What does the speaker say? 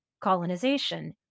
colonization